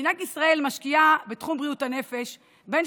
מדינת ישראל משקיעה בתחום בריאות הנפש בין